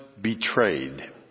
betrayed